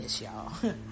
y'all